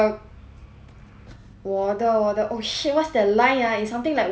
我的我的 oh shit what's that line ah it's something like 我的什么兄弟 what